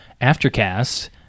aftercast